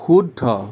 শুদ্ধ